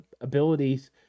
abilities